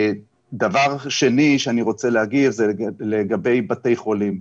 דבר שני שאני רוצה להגיד זה לגבי בתי חולים.